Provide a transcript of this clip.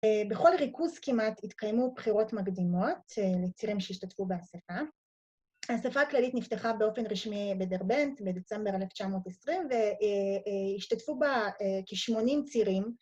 ‫בכל ריכוז כמעט התקיימו ‫בחירות מקדימות לצירים שהשתתפו באסיפה. ‫האסיפה הכללית נפתחה באופן רשמי ‫בדרבנט בדצמבר 1920, ‫והשתתפו בה כ-80 צירים.